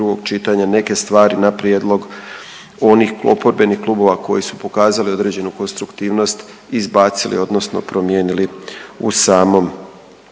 neke stvari na prijedlog onih oporbenih klubova koji su pokazali određenu konstruktivnost izbacili odnosno promijenili u samom